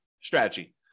strategy